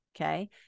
okay